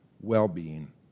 well-being